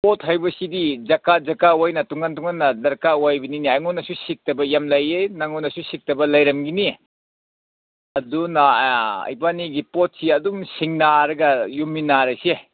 ꯄꯣꯠ ꯍꯥꯏꯕꯁꯤꯗꯤ ꯖꯥꯒꯥ ꯖꯥꯒꯥ ꯑꯣꯏꯅ ꯇꯣꯡꯉꯥꯟ ꯇꯣꯡꯉꯥꯟꯅ ꯗꯔꯀꯥꯔ ꯑꯣꯏꯕꯅꯤꯅꯦ ꯑꯩꯉꯣꯟꯗꯁꯨ ꯁꯤꯠꯇꯕ ꯌꯥꯝ ꯂꯩꯌꯦ ꯅꯪꯉꯣꯟꯗꯁꯨ ꯁꯤꯠꯇꯕ ꯂꯩꯔꯝꯈꯤꯅꯤ ꯑꯗꯨꯅ ꯏꯕꯥꯟꯅꯤꯒꯤ ꯄꯣꯠꯁꯤ ꯑꯗꯨꯝ ꯁꯤꯟꯅꯔꯒ ꯌꯣꯟꯃꯤꯟꯅꯔꯁꯦ